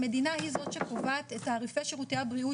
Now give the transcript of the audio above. המדינה היא זו שקובעת את תעריפי הבריאות